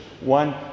One